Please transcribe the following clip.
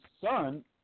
son